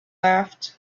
laughed